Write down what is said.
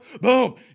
Boom